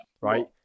Right